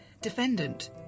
Defendant